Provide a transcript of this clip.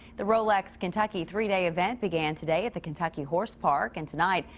the rolex kentucky three day event began today. at the kentucky horse park. and tonight.